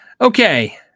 okay